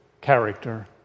character